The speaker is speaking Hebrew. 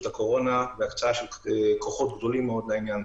הקורונה והקצאה של כוחות גדולים מאוד לעניין.